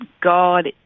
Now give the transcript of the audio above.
God